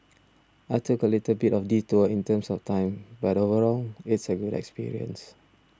I took a little bit of detour in terms of time but overall it's a good experience